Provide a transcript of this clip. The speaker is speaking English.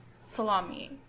salami